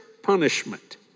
Punishment